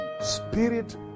Spirit